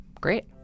Great